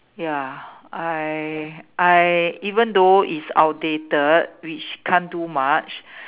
ya I I even though it's outdated which can't do much